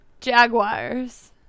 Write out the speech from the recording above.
Jaguars